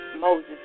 Moses